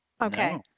Okay